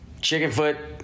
Chickenfoot